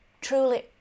truly